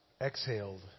exhaled